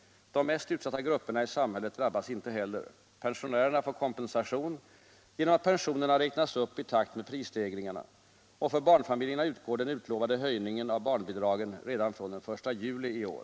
De mest utsatta grupperna i samhället drabbas inte heller. Pensionärerna får kompensation genom att pensionerna räknas upp i takt med prisstegringarna och för barnfamiljerna utgår den utlovade höjningen av barnbidragen redan från den 1 juli i år.